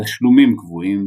תשלומים קבועים,